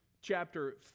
chapter